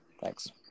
Thanks